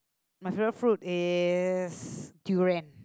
my favourite fruit is durian